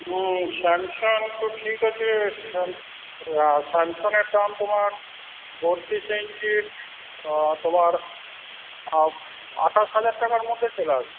Samsung তো ঠিক আছে স্যামসা স্যামসাংয়ের দাম তোমার বত্রিশ ইঞ্চির তোমার আঠাশ হাজার টাকার মধ্যে চলে আসবে